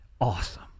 awesome